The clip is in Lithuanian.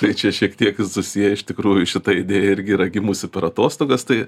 tai čia šiek tiek susiję iš tikrųjų šita idėja irgi yra gimusi per atostogas tai